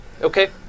Okay